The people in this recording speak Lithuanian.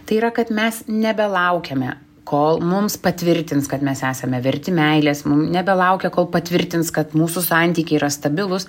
tai yra kad mes nebelaukiame kol mums patvirtins kad mes esame verti meilės mum nebelaukia kol patvirtins kad mūsų santykiai yra stabilūs